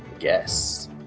Yes